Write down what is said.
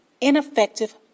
ineffective